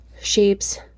Shapes